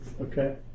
Okay